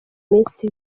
iminsi